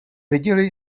viděli